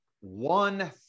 one